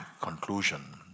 conclusion